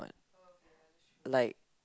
like